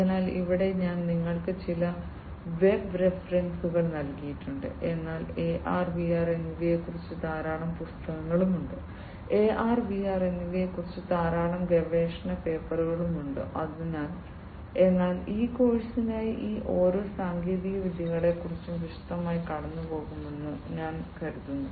അതിനാൽ ഇവിടെ ഞാൻ നിങ്ങൾക്ക് ചില വെബ് റഫറൻസുകൾ നൽകിയിട്ടുണ്ട് എന്നാൽ AR VR എന്നിവയെക്കുറിച്ച് ധാരാളം പുസ്തകങ്ങളുണ്ട് AR VR എന്നിവയെക്കുറിച്ച് ധാരാളം ഗവേഷണ പേപ്പറുകൾ ഉണ്ട് എന്നാൽ ഈ കോഴ്സിനായി ഈ ഓരോ സാങ്കേതികവിദ്യകളെക്കുറിച്ചും വിശദമായി കടന്നുപോകുമെന്ന് ഞാൻ കരുതുന്നു